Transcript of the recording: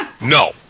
no